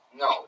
No